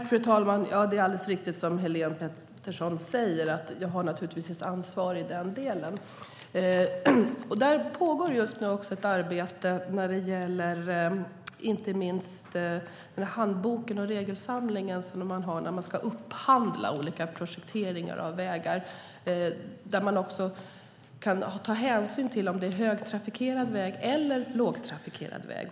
Fru talman! Det är alldeles riktigt som Helene Petersson säger att jag har ett ansvar här. Det pågår just nu ett arbete som gäller handboken och regelsamlingen för hur man ska upphandla olika projekteringar av vägar. Där kan man ta hänsyn till om det är högtrafikerad väg eller lågtrafikerad väg.